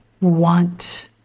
want